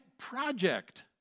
project